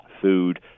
food